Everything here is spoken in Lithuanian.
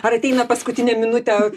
ar ateina paskutinę minutę